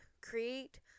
create